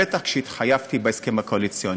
בטח לאחר שהתחייבתי בהסכם הקואליציוני.